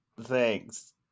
thanks